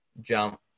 jump